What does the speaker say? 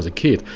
ah kid,